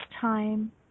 time